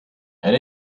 and